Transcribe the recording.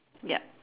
yup